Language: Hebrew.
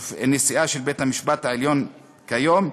נשיאת בית-המשפט העליון כיום,